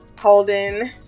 Holden